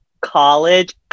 college